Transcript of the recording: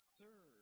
sir